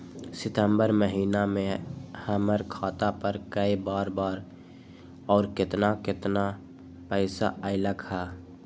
सितम्बर महीना में हमर खाता पर कय बार बार और केतना केतना पैसा अयलक ह?